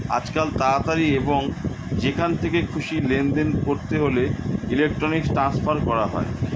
আজকাল তাড়াতাড়ি এবং যেখান থেকে খুশি লেনদেন করতে হলে ইলেক্ট্রনিক ট্রান্সফার করা হয়